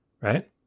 Right